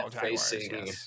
facing